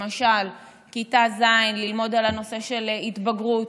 למשל בכיתה ז' ללמוד על הנושא של התבגרות,